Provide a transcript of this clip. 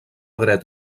dret